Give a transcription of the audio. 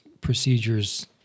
procedures